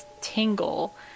tingle